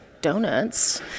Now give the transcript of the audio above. donuts